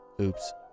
Oops